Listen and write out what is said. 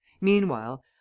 Meanwhile